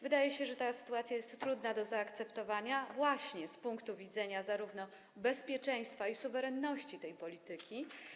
Wydaje się, że ta sytuacja jest trudna do zaakceptowania właśnie z punktu widzenia zarówno bezpieczeństwa, jak i suwerenności tej polityki.